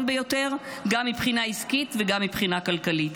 ביותר גם מבחינה עסקית וגם מבחינה כלכלית.